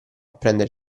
prendere